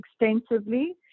extensively